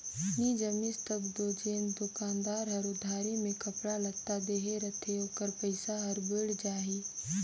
नी जमिस तब दो जेन दोकानदार हर उधारी में कपड़ा लत्ता देहे रहथे ओकर पइसा हर बुइड़ जाही